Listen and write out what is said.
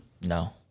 No